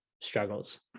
struggles